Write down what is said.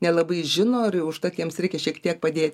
nelabai žino ar jau užtat jiems reikia šiek tiek padėti